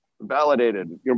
validated